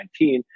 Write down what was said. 2019